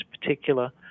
particular